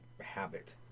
habit